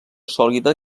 sòlida